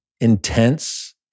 intense